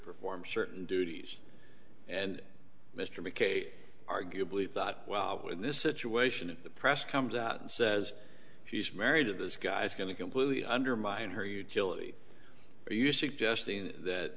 perform certain duties and mr mckay arguably thought well this situation in the press comes out and says she's married to this guy's going to completely undermine her utility are you suggesting